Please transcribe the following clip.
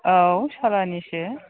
औ सालानिसो